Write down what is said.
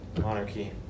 Monarchy